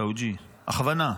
תאוג'יהי, הכוונה.